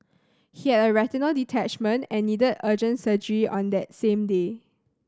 he had a retinal detachment and needed urgent surgery on the same day